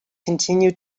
continued